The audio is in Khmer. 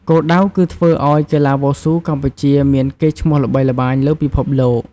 គោលដៅគឺធ្វើឲ្យកីឡាវ៉ូស៊ូកម្ពុជាមានកេរ្តិ៍ឈ្មោះល្បីល្បាញលើពិភពលោក។